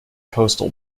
coastal